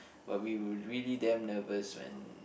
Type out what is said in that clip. but we were really damn nervous when